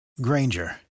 Granger